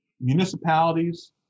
municipalities